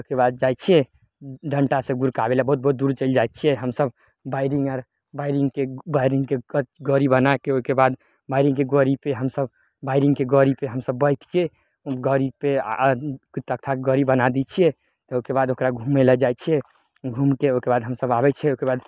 ओइके बाद जाइ छियै डन्टासँ गुरकाबय लए बहुत बहुत दूर चलि जाइ छियै हमसभ बायरिंग आर बायरिंगके बायरिंगके ग गड़ी बनाके ओइके बाद बायरिंगके गड़ीपर हमसभ बायरिंगके गड़ीपर हमसभ बैठिके गड़ीपर आओर तख्ताके गड़ी बना दै छियै ओइके बाद ओकरा घूमय लए जाइ छियै घूमिके ओइके बाद हमसभ आबय छियै ओइके बाद